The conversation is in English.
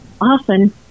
often